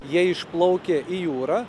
jie išplaukia į jūrą